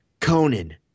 Conan